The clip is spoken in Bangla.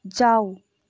যাও